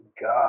God